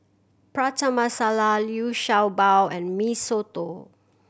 Prata Masala Liu Sha Bao and Mee Soto